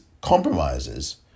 compromises